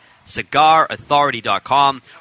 CigarAuthority.com